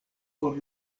por